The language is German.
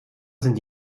sind